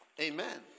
Amen